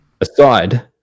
Aside